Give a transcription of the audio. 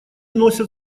носят